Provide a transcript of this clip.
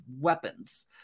weapons